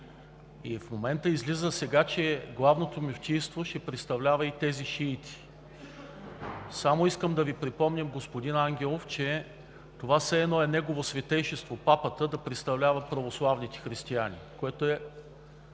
и в момента излиза, че Главното мюфтийство ще представлява и тези шиити. Само искам да Ви припомня, господин Ангелов, че това все едно е Негово Светейшество папата да представлява православните християни, което е